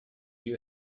you